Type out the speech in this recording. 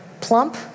plump